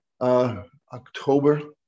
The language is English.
October